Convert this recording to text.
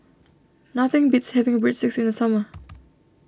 nothing beats having Breadsticks in the summer